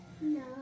No